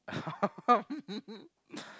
um